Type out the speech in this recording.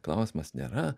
klausimas nėra